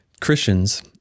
Christians